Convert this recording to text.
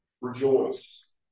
Rejoice